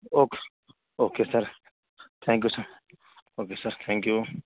okay س okay sir thank you sir okay sir thank you